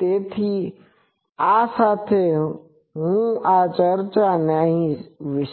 તેથી આ સાથે હું આ ચર્ચાને